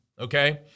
Okay